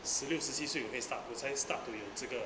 十六十七岁我可以 start 我才会 start to 有这个